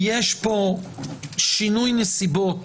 יש פה שינוי נסיבות,